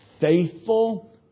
faithful